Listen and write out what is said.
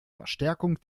verstärkung